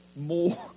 more